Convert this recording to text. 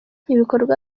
ibikorwa